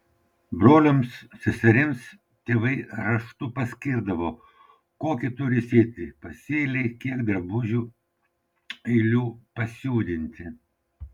broliams seserims tėvai raštu paskirdavo kokį turi sėti pasėlį kiek drabužių eilių pasiūdinti